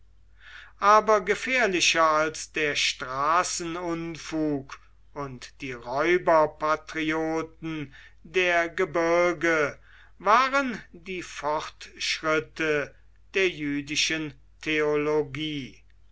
aber gefährlicher als der straßenunfug und die räuberpatrioten der gebirge waren die fortschritte der jüdischen theologie